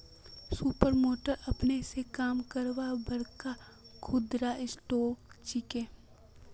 super market अपने स काम करवार बड़का खुदरा स्टोर छिके